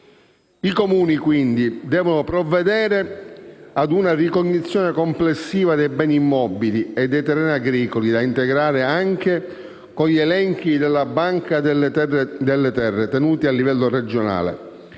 I Comuni, quindi, devono provvedere a una ricognizione complessiva dei beni immobili e dei terreni agricoli da integrare anche con gli elenchi della Banca delle terre agricole tenuti a livello regionale.